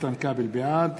בעד